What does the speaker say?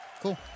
cool